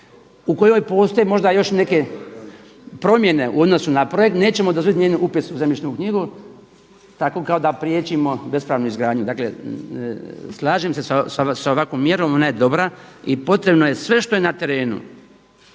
u kojoj postoje možda još neke promjene u odnosu na projekt nećemo dozvoliti njen upis u zemljišnu knjigu, tako kao da priječimo bespravnu izgradnju. Dakle, slažem se sa ovakvom mjerom. Ona je dobra i potrebno je sve što je na terenu